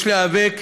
יש להיאבק,